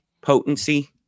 potency